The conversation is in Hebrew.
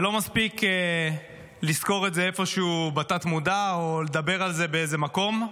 ולא מספיק לזכור את זה איפשהו בתת-מודע או לדבר על זה באיזה מקום,